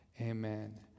Amen